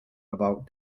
about